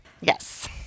Yes